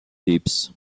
types